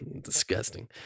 disgusting